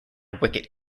wicket